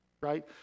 right